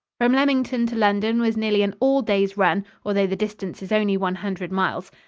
from leamington to london was nearly an all-day's run, although the distance is only one hundred miles.